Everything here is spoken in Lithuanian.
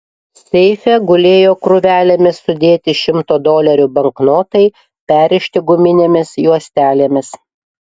seife gulėjo krūvelėmis sudėti šimto dolerių banknotai perrišti guminėmis juostelėmis